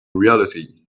reality